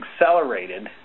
accelerated